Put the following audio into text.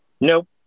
Nope